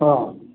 हां